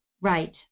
Right